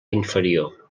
inferior